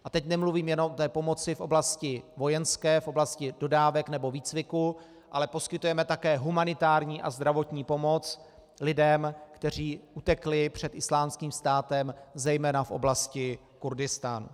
A teď nemluvím jenom o pomoci v oblasti vojenské, v oblasti dodávek nebo výcviku, ale poskytujeme také humanitární a zdravotní pomoc lidem, kteří utekli před Islámským státem, zejména v oblasti Kurdistánu.